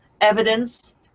evidence